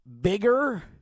bigger